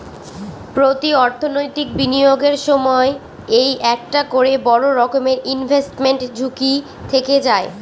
প্রতি অর্থনৈতিক বিনিয়োগের সময় এই একটা করে বড়ো রকমের ইনভেস্টমেন্ট ঝুঁকি থেকে যায়